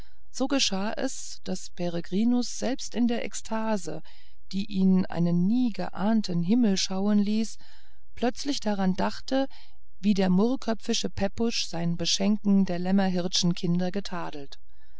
so geschah es daß peregrinus selbst in der ekstase die ihn einen nie geahnten himmel schauen ließ plötzlich daran dachte wie der murrköpfische pepusch sein beschenken der lämmerhirtschen kinder